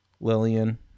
Lillian